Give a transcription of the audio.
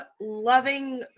loving